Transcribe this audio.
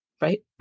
right